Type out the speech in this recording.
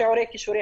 שיעורי כישורי